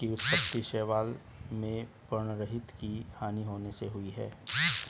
कवक की उत्पत्ति शैवाल में पर्णहरित की हानि होने से हुई है